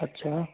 अच्छा